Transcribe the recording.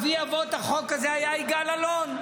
אבי אבות החוק הזה היה יגאל אלון,